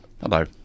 Hello